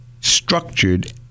structured